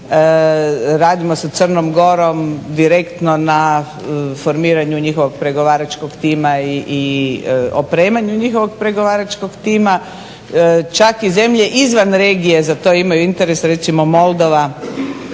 Radimo sa Crnom Gorom direktno na formiranju njihovog pregovaračkog tima i opremanju njihovog pregovaračkog tima. Čak i zemlje izvan regije za to imaju interes, recimo Moldova